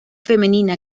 femenina